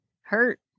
hurt